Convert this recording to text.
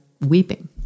weeping